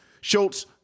Schultz